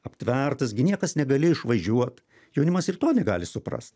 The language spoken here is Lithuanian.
aptvertas gi niekas negalėjo išvažiuot jaunimas ir to negali suprast